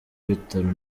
ibitaro